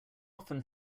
often